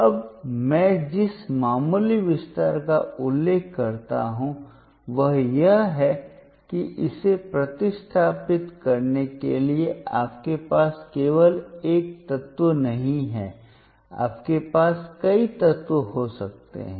अब मैं जिस मामूली विस्तार का उल्लेख करता हूं वह यह है कि इसे प्रतिस्थापित करने के लिए आपके पास केवल एक तत्व नहीं है आपके पास कई तत्व हो सकते हैं